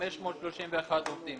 531 עובדים